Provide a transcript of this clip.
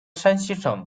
山西省